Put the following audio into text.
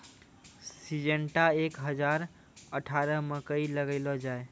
Syngenta एक हजार अठारह मकई लगैलो जाय?